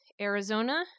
Arizona